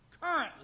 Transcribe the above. currently